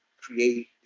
create